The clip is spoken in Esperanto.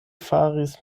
faris